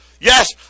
Yes